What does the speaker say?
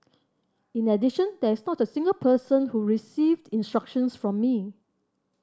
in addition there is not a single person who received instructions from me